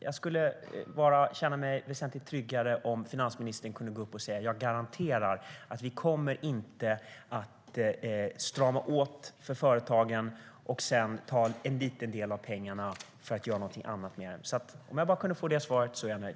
Jag skulle känna mig väsentligt tryggare om finansministern kunde säga: Jag garanterar att vi inte kommer att strama åt för företagen och sedan ta en liten del av pengarna för att göra någonting annat med dem. Om jag bara kunde få det svaret är jag nöjd.